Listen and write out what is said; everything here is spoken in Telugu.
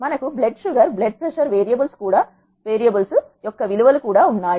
మనకు blood sugar blood pressure variables యొక్క విలువ లు ఉన్నాయి